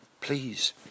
please